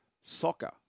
Soccer